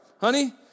Honey